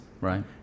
Right